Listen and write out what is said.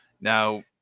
Now